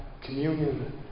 communion